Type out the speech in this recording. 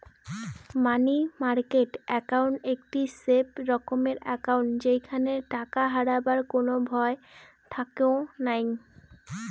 মানি market account একটি safe রকমের account যেইখানে টাকা হারাবার কোনো ভয় থাকেঙ নাই